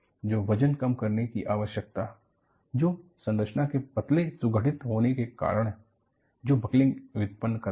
तो वजन कम करने की आवश्यकता जो संरचना के पतले सुगठित होने का कारण है जो बकलिंग उतप्पन करता है